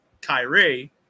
Kyrie